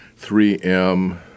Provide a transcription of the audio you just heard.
3M